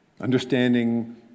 Understanding